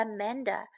Amanda